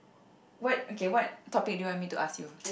what okay what topic do you want me to ask you